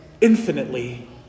infinitely